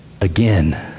Again